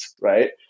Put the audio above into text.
right